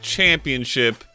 Championship